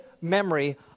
memory